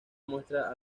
muestra